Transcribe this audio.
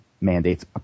mandates